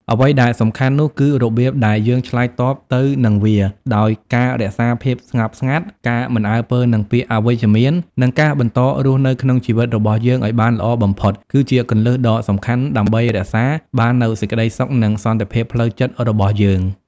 អ្វីដែលសំខាន់នោះគឺរបៀបដែលយើងឆ្លើយតបទៅនឹងវា ដោយការរក្សាភាពស្ងប់ស្ងាត់ ការមិនអើពើនឹងពាក្យអវិជ្ជមាន និងការបន្តរស់នៅក្នុងជីវិតរបស់យើងឱ្យបានល្អបំផុត គឺជាគន្លឹះដ៏សំខាន់ដើម្បីរក្សាបាននូវសេចក្តីសុខ និងសន្ដិភាពផ្លូវចិត្ដរបស់យើង។